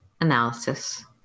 analysis